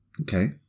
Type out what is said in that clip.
Okay